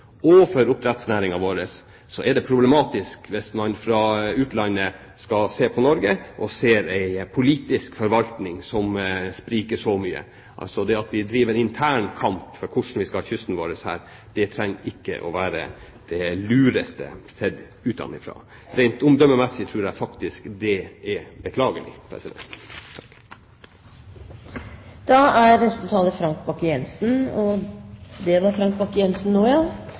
for både villakselvene og for oppdrettsnæringen problematisk hvis man fra utlandet ser på Norge og ser en politisk forvaltning som spriker så mye. Det at vi driver en intern kamp om hvordan vi skal ha kysten vår, er altså ikke det lureste, sett utenfra. Rent omdømmemessig tror jeg faktisk det er beklagelig. Det er eit svært viktig spørsmål representanten Flåtten tek opp. Oppdrettsnæringa har på relativt kort tid blitt ei stor og